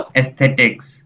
Aesthetics।